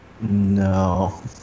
No